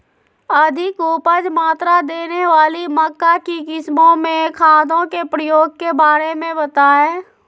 अधिक उपज मात्रा देने वाली मक्का की किस्मों में खादों के प्रयोग के बारे में बताएं?